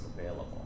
available